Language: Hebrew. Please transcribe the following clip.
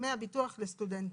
דמי הביטוח לסטודנטים.